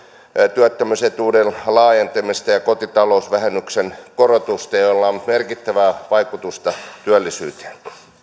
työttömyysetuuden laajentamista ja ja kotitalousvähennyksen korotusta millä on merkittävää vaikutusta työllisyyteen